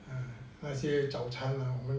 那些早餐啦我们